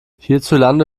hierzulande